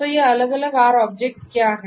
तो ये अलग अलग R ऑब्जेक्ट्स क्या हैं